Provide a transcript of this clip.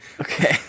Okay